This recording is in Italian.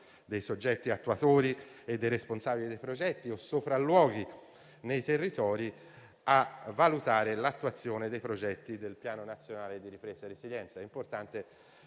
dei soggetti attuatori e dei responsabili dei progetti o sopralluoghi nei territori, l'attuazione dei progetti del Piano nazionale di ripresa e resilienza. È importante